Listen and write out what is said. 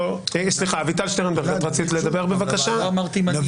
אביטל שטרנברג, רצית להתייחס.